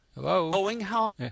Hello